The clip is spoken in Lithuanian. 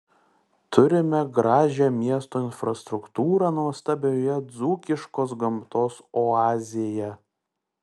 turime gražią miesto infrastruktūrą nuostabioje dzūkiškos gamtos oazėje